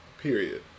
Period